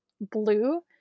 blue